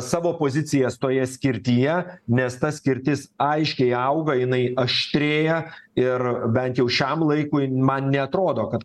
savo pozicijas toje skirtyje nes ta skirtis aiškiai auga jinai aštrėja ir bent jau šiam laikui man neatrodo kad